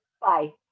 Bye